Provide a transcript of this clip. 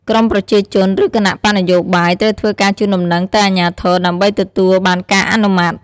ក្រុមប្រជាជនឬគណបក្សនយោបាយត្រូវធ្វើការជូនដំណឹងទៅអាជ្ញាធរ ដើម្បីទទួលបានការអនុម័ត។